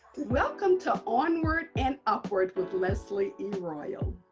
welcome to onward and upward with leslie e. royal.